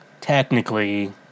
Technically